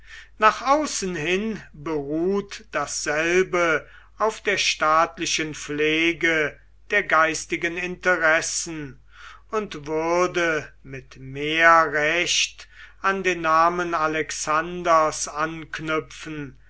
nach außen hin beruht dasselbe auf der staatlichen pflege der geistigen interessen und würde mit mehr recht an den namen alexanders anknüpfen